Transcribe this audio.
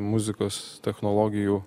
muzikos technologijų